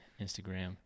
instagram